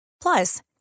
Plus